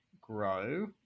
grow